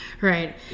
Right